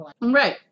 Right